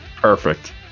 Perfect